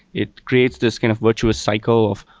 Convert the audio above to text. it creates this kind of virtuous cycle of,